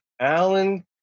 Alan